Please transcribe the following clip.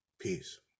Peace